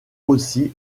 aussi